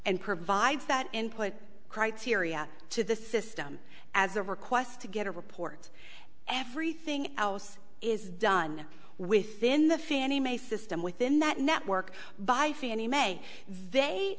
and provides that input criteria to the system as a request to get a report and everything else is done within the fannie mae system within that network by fannie mae they